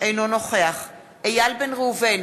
אינו נוכח איל בן ראובן,